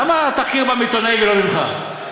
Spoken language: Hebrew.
למה התחקיר בא מעיתונאי ולא ממך?